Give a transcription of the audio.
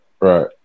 Right